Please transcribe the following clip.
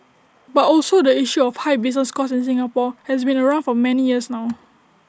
but also the issue of high business costs in Singapore has been around for many years now